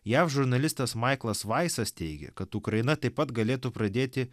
jav žurnalistas maiklas vaisas teigia kad ukraina taip pat galėtų pradėti